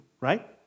right